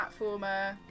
Platformer